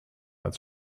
als